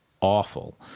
awful